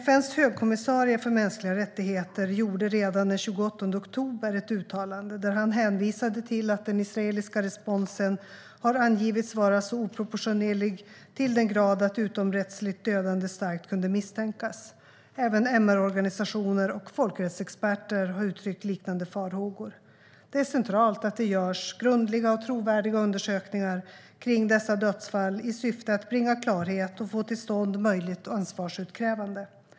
FN:s högkommissarie för mänskliga rättigheter gjorde redan den 28 oktober ett uttalande där han hänvisade till att den israeliska responsen har angivits vara oproportionerlig så till den grad att utomrättsligt dödande starkt kunde misstänkas. Även MR-organisationer och folkrättsexperter har uttryckt liknande farhågor. Det är centralt att det görs grundliga och trovärdiga undersökningar kring dessa dödsfall i syfte att bringa klarhet och få till stånd möjligt ansvarsutkrävande.